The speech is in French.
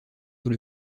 tout